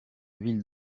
ville